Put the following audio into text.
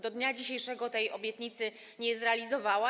Do dnia dzisiejszego tej obietnicy nie zrealizowała.